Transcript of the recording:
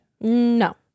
No